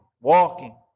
walking